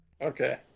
Okay